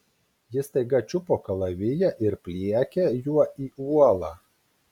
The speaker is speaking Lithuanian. ji staiga čiupo kalaviją ir pliekė juo į uolą